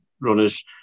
runners